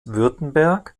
württemberg